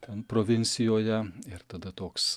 ten provincijoje ir tada toks